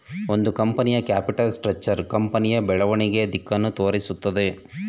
ಒಂದು ಕಂಪನಿಯ capital structure ಕಂಪನಿಯ ಬೆಳವಣಿಗೆಯ ದಿಕ್ಕನ್ನು ತೋರಿಸುತ್ತದೆ